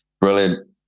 Brilliant